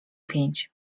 pięć